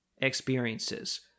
experiences